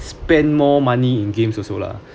spend more money in games also lah